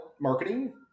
marketing